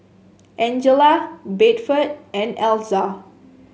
Angella Bedford and Elza